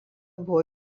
buvo